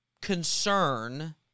concern